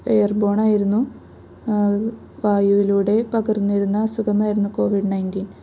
എയര്ബോണായിരുന്നു അത് വായുവിലൂടെ പകർന്നിരുന്ന അസുഖമായിരുന്നു കോവിഡ് നയന്റ്റീന്